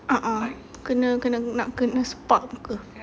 a'ah kena kena nak kena sepak muka